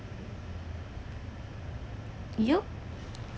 you